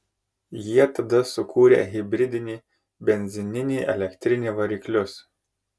jie tada sukūrė hibridinį benzininį elektrinį variklius